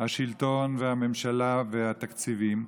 השלטון והממשלה והתקציבים.